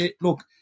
look